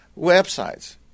websites